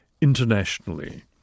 internationally